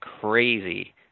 crazy